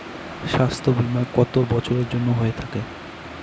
স্বাস্থ্যবীমা কত বছরের জন্য হয়ে থাকে?